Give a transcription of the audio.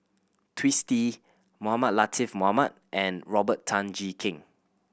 Twisstii Mohamed Latiff Mohamed and Robert Tan Jee Keng